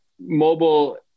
mobile